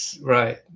right